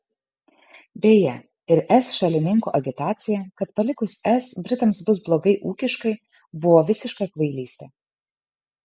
beje ir es šalininkų agitacija kad palikus es britams bus blogai ūkiškai buvo visiška kvailystė